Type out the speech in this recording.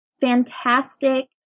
fantastic